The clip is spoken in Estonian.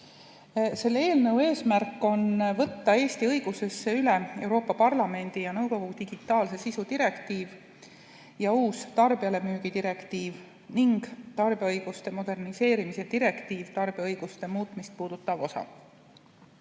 Selle eelnõu eesmärk on võtta Eesti õigusesse üle Euroopa Parlamendi ja nõukogu digitaalse sisu direktiiv, uus tarbijalemüügi direktiiv ning tarbija õiguste moderniseerimise direktiivi tarbija õiguste muutmist puudutav osa.